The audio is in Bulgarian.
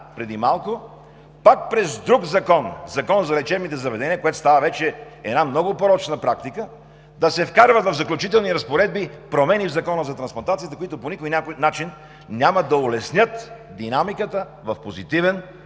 преди малко през друг закон – Закона за лечебните заведения, което става вече една много порочна практика – да се вкарват в Заключителните разпоредби промени в Закона за трансплантацията, които по никакъв начин няма да улеснят динамиката в позитивно